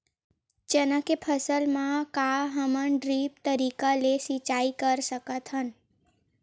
चना के फसल म का हमन ड्रिप तरीका ले सिचाई कर सकत हन?